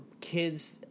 kids